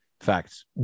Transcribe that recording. Facts